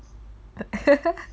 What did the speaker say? the